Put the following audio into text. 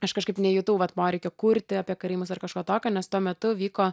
aš kažkaip nejutau vat poreikio kurti apie karaimus ar kažko tokio nes tuo metu vyko